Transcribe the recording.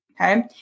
Okay